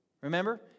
Remember